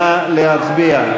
נא להצביע.